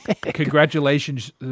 Congratulations